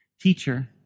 Teacher